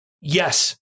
yes